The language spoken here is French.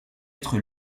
être